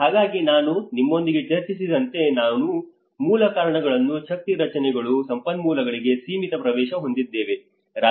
ಹಾಗಾಗಿ ನಾನು ನಿಮ್ಮೊಂದಿಗೆ ಚರ್ಚಿಸಿದಂತೆ ನಾವು ಮೂಲ ಕಾರಣಗಳನ್ನು ಶಕ್ತಿ ರಚನೆಗಳು ಸಂಪನ್ಮೂಲಗಳಿಗೆ ಸೀಮಿತ ಪ್ರವೇಶ ಹೊಂದಿದ್ದೇವೆ